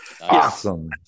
Awesome